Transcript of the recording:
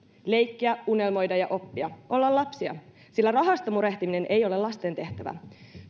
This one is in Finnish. leikkiä unelmoida ja oppia olla lapsia sillä rahasta murehtiminen ei ole lasten tehtävä